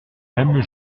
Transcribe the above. même